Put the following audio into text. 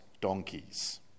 Donkeys